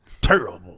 terrible